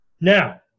Now